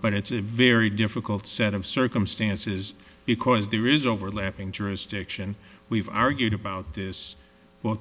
but it's a very difficult set of circumstances because there is overlapping jurisdiction we've argued about this bo